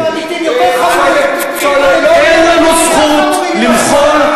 הוא עוד היה עדין, הנתונים יותר גרועים.